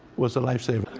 was a lifesaver.